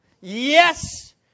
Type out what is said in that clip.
Yes